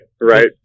right